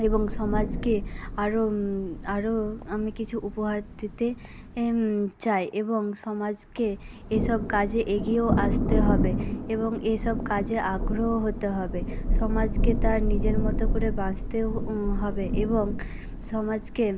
এবং সমাজকে আরো আরো আমি কিছু উপহার দিতে এ চাই এবং সমাজকে এসব কাজে এগিয়েও আসতে হবে এবং এসব কাজে আগ্রহ হতে হবে সমাজকে তার নিজের মতো করে বাঁচতেও হবে এবং সমাজকে